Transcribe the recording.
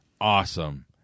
awesome